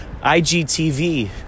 IGTV